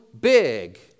big